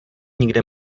nikde